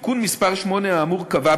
תיקון מס' 8 האמור קבע,